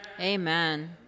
Amen